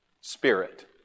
Spirit